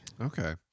Okay